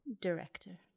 director